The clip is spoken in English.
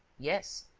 yes.